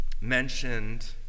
mentioned